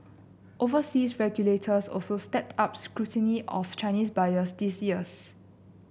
overseas regulators also stepped up scrutiny of Chinese buyers this year